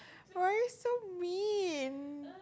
why are you so mean